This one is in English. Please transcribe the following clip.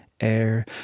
air